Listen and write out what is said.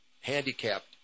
handicapped